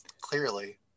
clearly